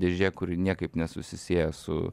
dėžė kuri niekaip nesusisieja su